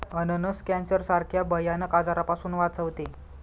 अननस कॅन्सर सारख्या भयानक आजारापासून वाचवते